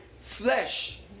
flesh